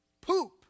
poop